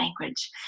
language